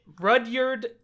rudyard